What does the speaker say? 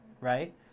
right